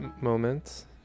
moments